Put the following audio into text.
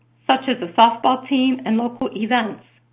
such as a softball team and local events.